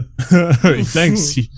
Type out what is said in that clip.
Thanks